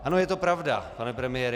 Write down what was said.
Ano, je to pravda, pane premiére.